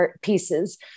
pieces